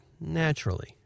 naturally